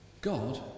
God